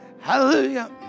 hallelujah